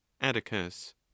Atticus